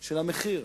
של המחיר.